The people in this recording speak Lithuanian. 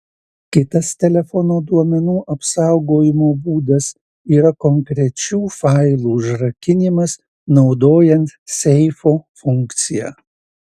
kitas telefono duomenų apsaugojimo būdas yra konkrečių failų užrakinimas naudojant seifo funkciją